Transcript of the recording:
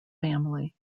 family